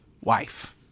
wife